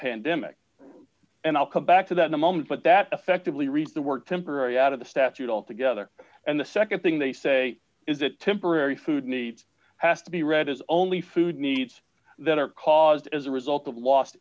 pandemic and i'll come back to that in a moment but that effectively read the work temporarily out of the statute altogether and the nd thing they say is that temporary food needs has to be read as only food needs that are caused as a result of lost